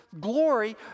glory